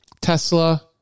Tesla